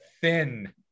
thin